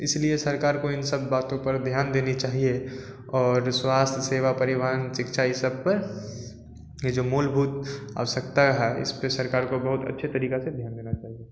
इस लिए सरकार को इन सब बातों पर ध्यान देना चाहिए और स्वास्थ्य सेवा परिवहन शिक्षा ये सब पर ये जो मूलभूत आवश्यकताएं हैं इस पर सरकार को बहुत अच्छे तरीक़े से ध्यान देना चाहिए